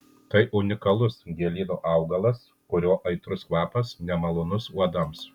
tai unikalus gėlyno augalas kurio aitrus kvapas nemalonus uodams